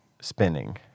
spinning